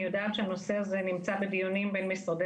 אני יודעת שהנושא הזה נמצא בדיונים במשרדי